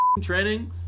training